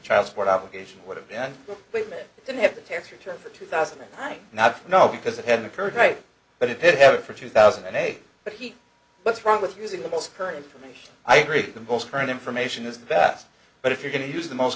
child support obligation would have been but didn't have the tax return for two thousand and not no because it hadn't occurred right but if it hadn't for two thousand and eight but he what's wrong with using the most current information i agree the most current information is vast but if you're going to use the most